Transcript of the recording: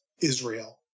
Israel